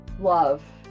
love